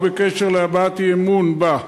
או בקשר להבעת אי-אמון בה,